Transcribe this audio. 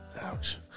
Ouch